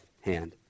hand